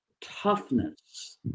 toughness